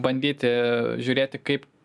bandyti žiūrėti kaip